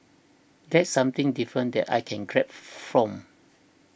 that's something different that I can grab from